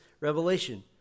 revelation